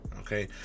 okay